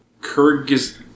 Kyrgyz